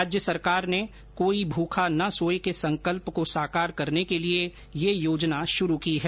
राज्य सरकार ने कोई भूखा ना सोए के संकल्प को साकार करने के लिए ये योजना शुरु की है